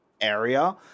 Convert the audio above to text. area